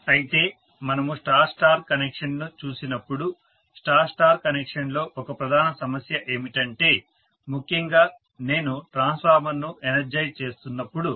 అయితే మనము star star కనెక్షన్ను చూసినప్పుడు స్టార్ స్టార్ కనెక్షన్లో ఒక ప్రధాన సమస్య ఏమిటంటే ముఖ్యంగా నేను ట్రాన్స్ఫార్మర్ను ఎనర్జైజ్ చేస్తున్నప్పుడు